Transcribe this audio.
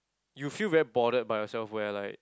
you feel very bothered by yourself where like